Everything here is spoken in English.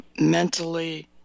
mentally